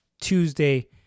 Tuesday